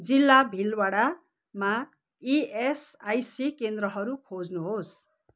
जिल्ला भिलवाडामा इएसआइसी केन्द्रहरू खोज्नुहोस्